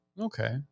Okay